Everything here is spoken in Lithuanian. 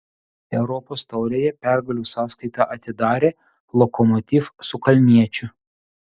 europos taurėje pergalių sąskaitą atidarė lokomotiv su kalniečiu